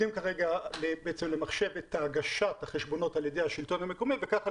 עובדים כרגע על למחשב את הגשת החשבוניות על ידי השלטון המקומי וככה,